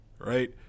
right